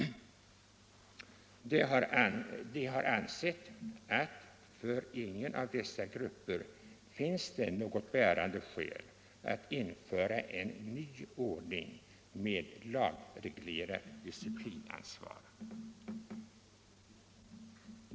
De har ansett att det för ingen av dessa grupper finns något bärande skäl att införa en ny ordning med lagreglerat disciplinansvar.